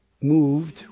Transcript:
moved